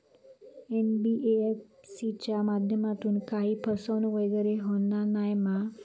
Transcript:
NBFC च्या माध्यमातून काही फसवणूक वगैरे होना नाय मा?